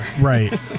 Right